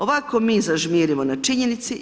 Ovako mi zažmirimo na činjenici.